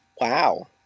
Wow